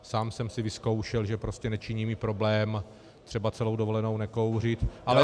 Sám jsem si vyzkoušel, že prostě nečiní mi problém celou dovolenou nekouřit, ale